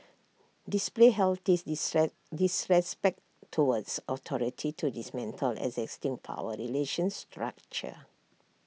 display healthy disrespect towards authority to dismantle existing power relations structure